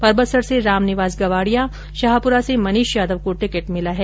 परबतसर से रामनिवास गवाडिया शाहपुरा से मनीष यादव को टिकिट मिला है